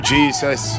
Jesus